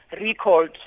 recalled